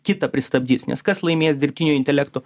kitą pristabdys nes kas laimės dirbtinio intelekto